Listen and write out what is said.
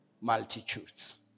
multitudes